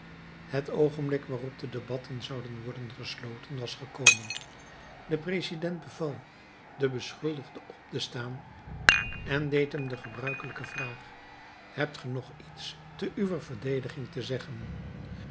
het oogenblik waarop de debatten zouden worden gesloten was gekomen de president beval den beschuldigde op te staan en deed hem de gebruikelijke vraag hebt ge nog iets te uwer verdediging te zeggen